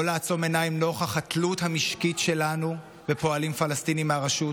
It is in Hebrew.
לא לעצום עיניים נוכח התלות המשקית שלנו בפועלים פלסטינים מהרשות,